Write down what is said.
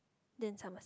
then Somerset